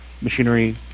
machinery